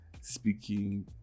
speaking